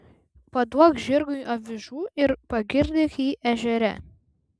paduok žirgui avižų ir pagirdyk jį ežere